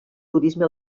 turisme